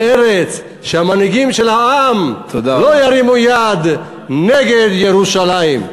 וארץ שהמנהיגים של העם לא ירימו יד נגד ירושלים.